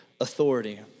authority